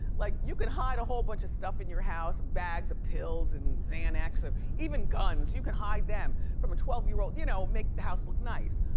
like you can hide a whole bunch of stuff in your house, bags of pills and xanax or even guns, you can hide them from a twelve year old, you know make the house look nice.